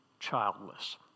childless